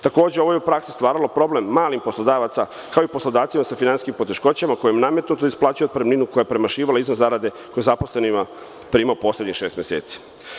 Takođe, ovo je u praksi stvaralo problem malih poslodavaca, kao i poslodavcima sa finansijskim poteškoćama kojima je nametnuto da isplaćuju otpremninu koja je premašivala iznos zarade koju je zaposleni primao poslednjih šest meseci.